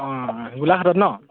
অঁ গোলাঘাটত নহ্